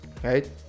Right